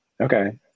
Okay